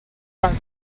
back